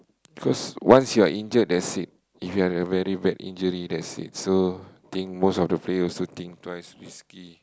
cause once you are injured that's it if you have a very bad injury that's it so think mostly of the players also think twice risky